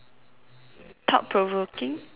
thought provoking stories ah